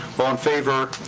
all in favor?